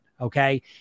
Okay